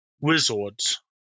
Wizards